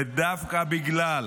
ודווקא בגלל